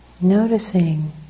Noticing